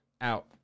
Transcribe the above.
Out